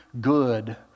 good